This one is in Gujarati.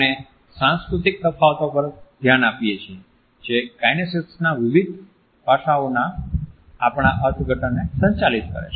આપણે સાંસ્કૃતિક તફાવતો પર ધ્યાન આપીએ છીએ જે કાઈનેસીક્સના વિવિધ પાસાંના આપણા અર્થઘટનને સંચાલિત કરે છે